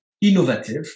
innovative